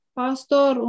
pastor